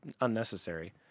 unnecessary